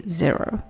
zero